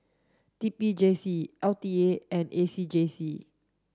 T P J C L T A and A C J C